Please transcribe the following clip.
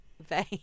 vain